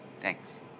Thanks